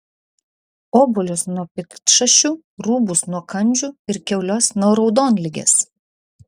obuolius nuo piktšašių rūbus nuo kandžių ir kiaules nuo raudonligės